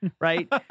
right